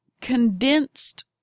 Condensed